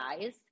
guys